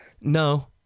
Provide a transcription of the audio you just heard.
no